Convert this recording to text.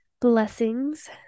Blessings